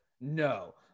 No